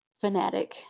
fanatic